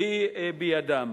היא בידם.